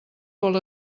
vol